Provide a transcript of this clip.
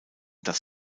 das